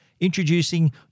Introducing